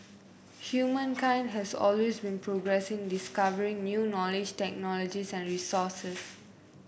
humankind has always progressing discovering new knowledge technologies and resources